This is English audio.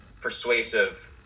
persuasive